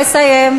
לסיים.